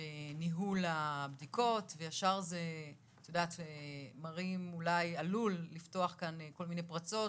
בניהול הבדיקות וישר אולי זה עלול לפתוח כאן כל מיני פרצות